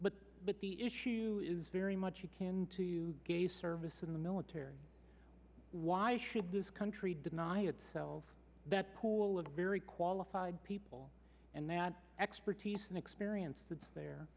numbers but the issue is very much you can two gay service in the military why should this country deny itself that pool of very qualified people and that expertise and experience th